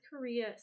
Korea